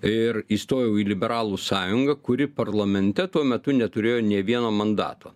ir įstojau į liberalų sąjungą kuri parlamente tuo metu neturėjo nė vieno mandato